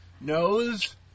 knows